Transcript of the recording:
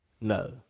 No